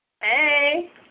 Hey